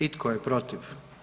I tko je protiv?